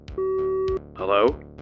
Hello